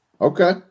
Okay